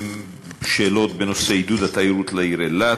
שאלות בנושא עידוד התיירות לעיר אילת,